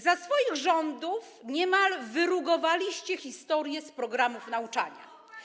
Za swoich rządów niemal wyrugowaliście historię z programów nauczania.